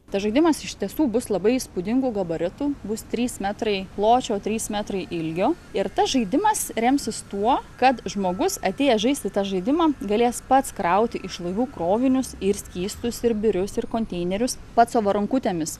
tas žaidimas iš tiesų bus labai įspūdingų gabaritų bus trys metrai pločio trys metrai ilgio ir tas žaidimas remsis tuo kad žmogus atėjęs žaisti tą žaidimą galės pats krauti iš laivų krovinius ir skystus ir birius ir konteinerius pats savo rankutėmis